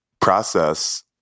process